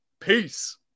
Peace